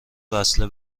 وصله